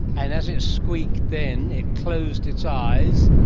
and as it squeaked then it closed its eyes,